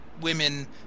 women